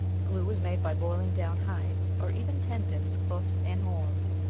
glue is made by boiling down hides, or even tendons, hoofs, and horns,